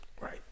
right